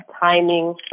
timing